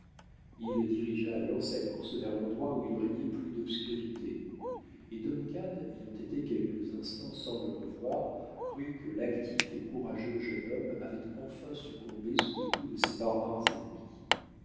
il dirigea alors sa course vers l'endroit où il régnait plus d'obscurité et duncan ayant été quelques instants sans le revoir crut que l'actif et courageux jeune homme avait enfin succombé sous les coups de ses barbares ennemis